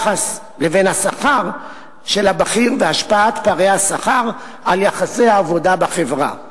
השכר של הבכיר והשפעת פערי השכר על יחסי העבודה בחברה.